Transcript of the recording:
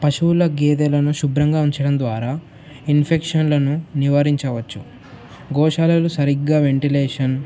పశువులు గేదెలను శుభ్రంగా ఉంచడం ద్వారా ఇన్ఫెక్షన్లను నివారించవచ్చు గోశాలలు సరిగ్గా వెంటిలేషన్